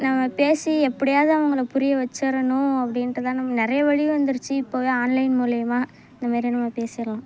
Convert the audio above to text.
நம்ம பேசி எப்படியாவது அவங்கள புரிய வச்சிடணும் அப்படின்ட்டுதான் நமக்கு நிறைய வழி வந்துருச்சு இப்போதே ஆன்லைன் மூலயமா இந்தமாதிரி நம்ம பேசிடலாம்